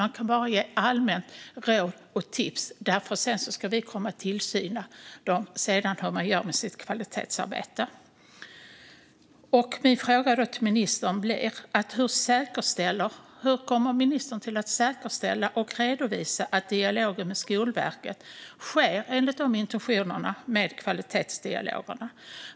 Man kan bara ge allmänna råd och tips eftersom det sedan är man själv som ska göra tillsynen och se hur de sköter sitt kvalitetsarbete. Min fråga är hur ministern kommer att säkerställa och redovisa att dialogen med Skolverket sker enligt intentionen med kvalitetsdialogerna.